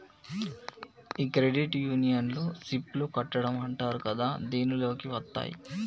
ఈ క్రెడిట్ యూనియన్లో సిప్ లు కట్టడం అంటారు కదా దీనిలోకి వత్తాయి